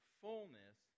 fullness